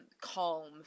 calm